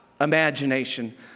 imagination